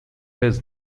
his